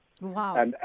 Wow